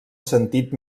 sentit